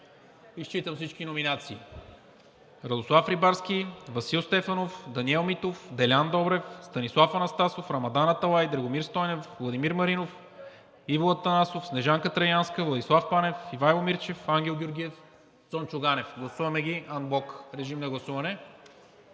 Изчитам всички номинации: